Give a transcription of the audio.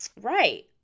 Right